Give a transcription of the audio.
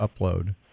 upload